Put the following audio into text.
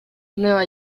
nueva